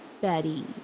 Betty